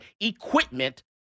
equipment